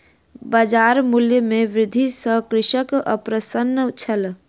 बजार मूल्य में वृद्धि सॅ कृषक अप्रसन्न छल